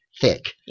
thick